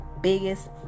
biggest